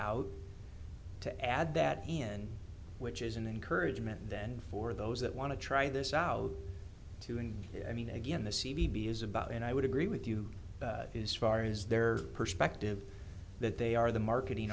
out to add that in which is an encouragement then for those that want to try this out too and i mean again the c b is about and i would agree with you is far is their perspective that they are the marketing